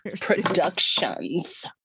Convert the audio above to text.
Productions